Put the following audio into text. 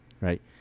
right